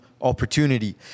opportunity